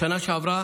בשנה שעברה,